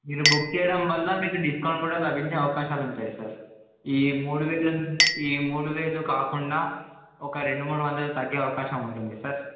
మీరు బుక్ చేయడం వల్ల మీకు డిస్కౌంట్ కూడా లభించే అవకాశాలు ఉంటాయి సార్ ఈ మూడు వేలు ఈ మూడు వేలు కాకుండా ఒక రెండు మూడు వందలు తగ్గే అవకాశం ఉంటుంది సార్